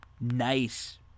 nice